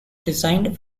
designed